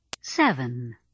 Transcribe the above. Seven